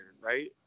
right